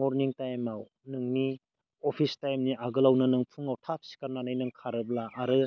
morning टाइमाव नोंनि office टाइमनि आगोलावनो नों फुङाव थाब सिखारनानै नों खारोब्ला आरो